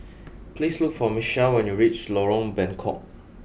please look for Michele when you reach Lorong Bengkok